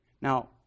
Now